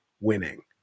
winning